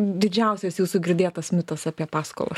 didžiausias jūsų girdėtas mitas apie paskolas